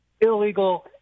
illegal